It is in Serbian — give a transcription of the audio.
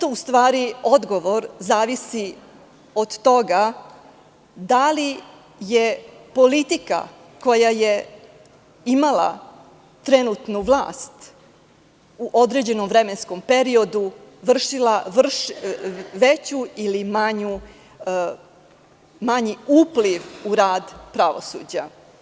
Odgovor zavisi od toga da li je politika koja je imala trenutnu vlast u određenom vremenskom periodu vršila veći ili manji upliv u rad pravosuđa.